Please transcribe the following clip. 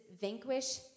vanquish